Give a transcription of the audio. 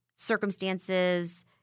Circumstances